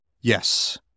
Yes